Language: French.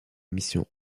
mission